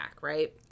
right